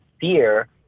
fear